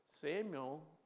Samuel